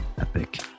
epic